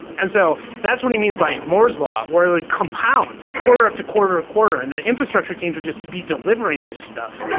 and so that's what he means by moore's law, where it would compound quarter after quarter after quarter, and the infrastructure teams would just be delivering this stuff.